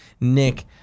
Nick